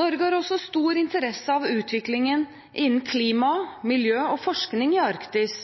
Norge har også stor interesse av utviklingen innen klima, miljø og forskning i Arktis,